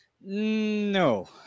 No